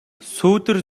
сүүдэр